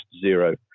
zero